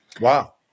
Wow